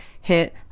hit